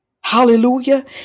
Hallelujah